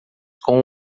com